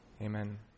Amen